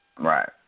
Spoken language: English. Right